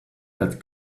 that